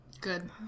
Good